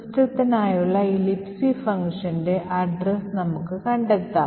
സിസ്റ്റത്തിനായുള്ള ഈ Libc ഫംഗ്ഷന്റെ വിലാസം നമുക്ക് അ കണ്ടെത്തണം